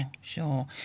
Sure